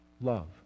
love